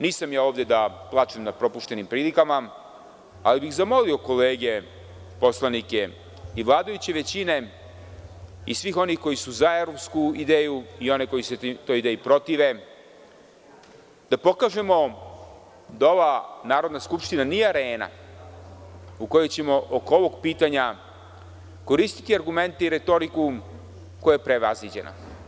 Nisam ja ovde da plačem nad propuštenim prilikama, ali bih zamolio kolege poslanike i vladajuće većine i svih onih koji su za evropsku ideju i one koji se toj ideji protive, da pokažemo da ova Narodna skupština nije arena u kojoj ćemo oko ovog pitanja koristiti argumente i retoriku koja je prevaziđena.